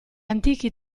antichi